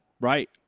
Right